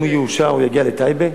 אם הוא יאושר הוא יגיע לטייבה.